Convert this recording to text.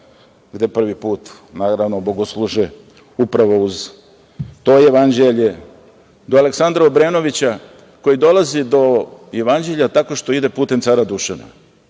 gde prvi put bogosluže upravo uz to Jevanđelje do Aleksandra Obrenovića koji dolazi do Jevanđelja tako što ide putem cara Dušana.